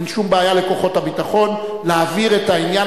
אין שום בעיה לכוחות הביטחון להעביר את העניין